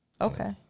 Okay